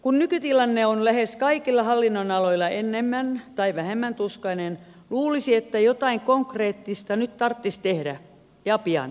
kun nykytilanne on lähes kaikilla hallinnon aloilla enemmän tai vähemmän tuskainen luulisi että jotain konkreettista nyt tarttis tehdä ja pian